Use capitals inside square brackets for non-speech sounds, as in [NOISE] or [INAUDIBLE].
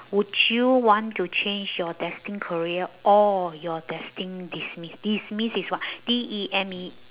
would you want to change your destined career or your destined demise demise is what [BREATH] D E M E